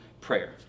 prayer